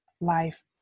life